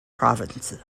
province